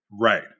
Right